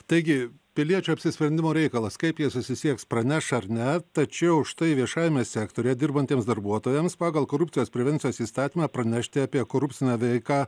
taigi piliečių apsisprendimo reikalas kaip jie susisieks praneš ar ne tačiau štai viešajame sektoriuje dirbantiems darbuotojams pagal korupcijos prevencijos įstatymą pranešti apie korupcinę veiką